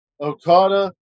Okada